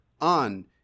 on